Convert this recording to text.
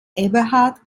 eberhard